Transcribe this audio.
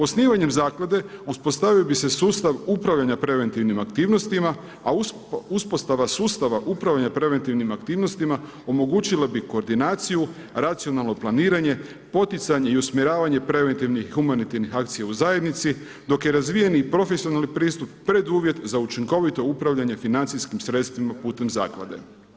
Osnivanjem zaklade uspostavio bi se sustav upravljanja preventivnim aktivnostima, a uspostava sustava upravljanja preventivnim aktivnostima omogućilo bi koordinaciju, racionalno planiranje, poticanje i usmjeravanje preventivnih i humanitarnih akcija u zajednici dok je razvijeni profesionalni pristup preduvjet za učinkovito upravljanje financijskim sredstvima putem zaklade.